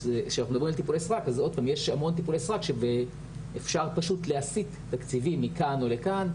אז כשאנחנו מדברים על טיפולי סרק אז אפשר להסיט תקציבים מכאן לכאן,